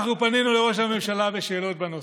אנחנו פנינו לראש הממשלה בשאלות בנושא: